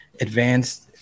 advanced